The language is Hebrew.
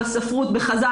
בספרות ובחז"ל,